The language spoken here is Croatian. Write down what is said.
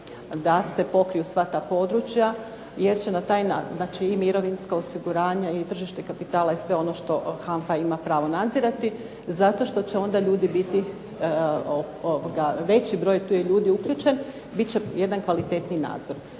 da se pokriju sva ta područja, jer će na taj, znači i mirovinsko osiguranje i tržište kapitala i sve ono što HANFA ima pravo nadzirati, zato što će onda ljudi biti veći broj tu je ljudi uključen, bit će jedan kvalitetniji nadzor.